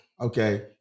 Okay